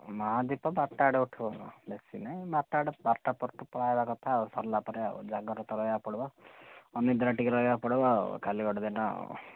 ମହାଦୀପ ବାରଟା ଆଡ଼େ ଉଠିବ ବେଶୀ ନାଇଁ ବାରଟା ଆଡ଼େ ବାରଟା ପରଠୁ ପଳାଇଆସିବା କଥା ଆଉ ସରିଲାପରେ ଜାଗର ତ ରହିବାକୁ ପଡ଼ିବ ଅନିଦ୍ରା ଟିକିଏ ରହିବାକୁ ପଡ଼ିବ ଆଉ କାଲି ଗୋଟେ ଦିନ ଆଉ